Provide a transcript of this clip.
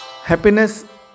Happiness